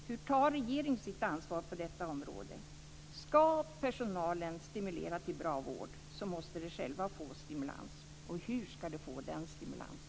Hur tar regeringen sitt ansvar på detta område? Ska personalen stimulera till bra vård så måste den själv få stimulans, och hur ska den få den stimulansen?